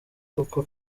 koko